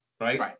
right